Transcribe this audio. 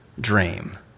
dream